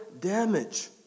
damage